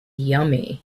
yummy